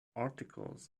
articles